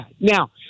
now